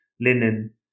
linen